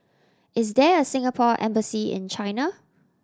is there a Singapore Embassy in China